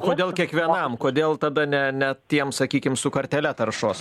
kodėl kiekvienam kodėl tada ne ne tiem sakykim su kartele taršos